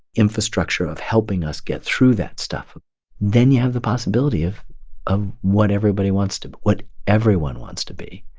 infrastructure of helping us get through that stuff then you have the possibility of of what everybody wants to what everyone wants to be,